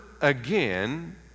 again